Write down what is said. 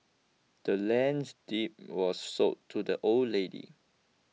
the land's deed was sold to the old lady